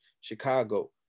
Chicago